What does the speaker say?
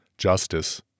justice